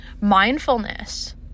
mindfulness